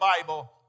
Bible